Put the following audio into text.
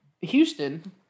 Houston